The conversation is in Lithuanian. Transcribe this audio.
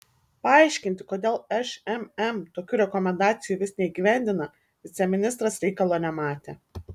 paaiškinti kodėl šmm tokių rekomendacijų vis neįgyvendina viceministras reikalo nematė